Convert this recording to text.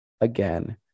again